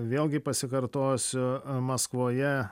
vėlgi pasikartosiu maskvoje